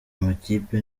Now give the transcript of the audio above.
makipe